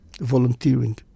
volunteering